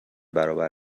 برابر